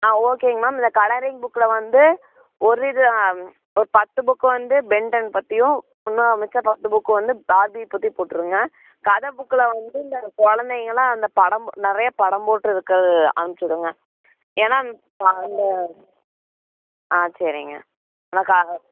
ஆ ஓகேங்க மேம் இந்த கலரிங் புக்கில் வந்து ஒரு இது ஒரு பத்து புக் வந்து பென்டென் பற்றியும் இன்னும் மிச்ச பத்து புக் வந்து பார்பி பற்றியும் போட்டுருங்க கதை புக்கில் வந்து இந்த குழந்தைங்களாம் அந்த படம் நிறைய படம் போட்டு இருக்கிறது அனுப்பிச்சு விடுங்க ஏன்னா அந்த ஆ சரிங்க